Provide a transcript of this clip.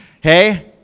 Hey